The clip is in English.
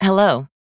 Hello